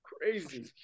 crazy